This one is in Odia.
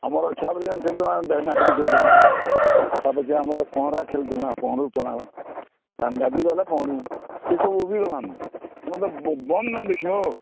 ଆମର୍ ଛୁଆବେଳେ କେନ୍ତା ଦହି ମାକଡ଼ି ଖେଳୁଥିମା ତା' ପଛେ ଆମର ପହଁରା ଖେଳୁଥିମା ପହଁରୁଥିମା ହେ ଗାଧି ଗଲେ ପହଁରୁ ସେ ସବୁ ଲିଭିଗଲାନ ଏବେ ତ ବନ୍ଦ ନାଇଁ ଦେଖିଓ